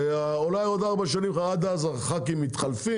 שאולי עוד כארבע שנים שעד אז חברי הכנסת יתחלפו,